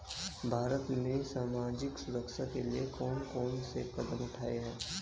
भारत में सामाजिक सुरक्षा के लिए कौन कौन से कदम उठाये हैं?